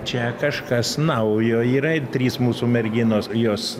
čia kažkas naujo yra ir trys mūsų merginos jos